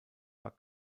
war